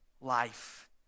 life